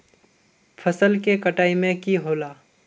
फसल के कटाई में की होला?